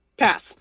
Pass